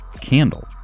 candle